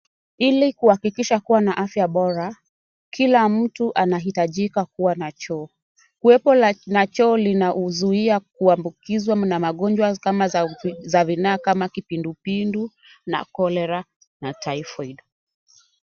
Ili kuhakikisha kuwa na afya bora, kila mtu anahitajika kuwa na choo. Kuwepo na choo lina uzuia kuambukizwa na magonjwa kama za vinaa kama kipindupindu, na cholera na typhoid .